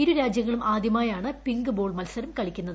ഇരു രാജ്യങ്ങളും ആദ്യമായാണ് പിങ്ക് ബോൾ മത്സരം കളിക്കുന്നത്